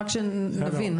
רק שנבין.